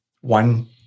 one